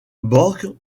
borg